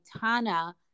Tana